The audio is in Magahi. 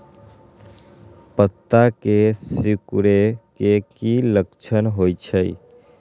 पत्ता के सिकुड़े के की लक्षण होइ छइ?